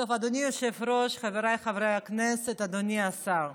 אדוני היושב-ראש, חבריי חברי הכנסת, אדוני השר,